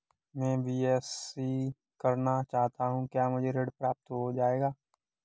मैं बीएससी करना चाहता हूँ क्या मुझे ऋण प्राप्त हो जाएगा?